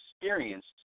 experienced